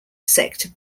sect